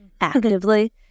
actively